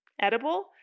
edible